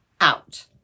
out